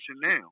now